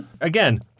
Again